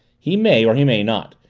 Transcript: he may or he may not.